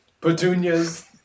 petunias